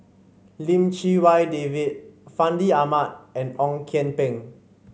Lim Chee Wai David Fandi Ahmad and Ong Kian Peng